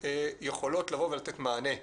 יכולות לבוא ולתת מענה.